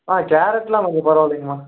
ஆ கேரட்லாம் கொஞ்சம் பரவாயில்லங்கம்மா